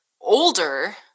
older